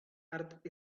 earth